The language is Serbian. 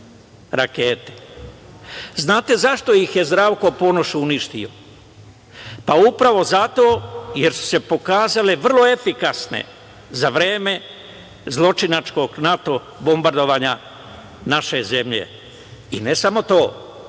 rakete. Znate zašto ih je Zdravko Ponoš uništio? Upravo zato jer su se pokazale vrlo efikasne za vreme zločinačkog NATO bombardovanja naše zemlje. I ne samo to,